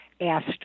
asked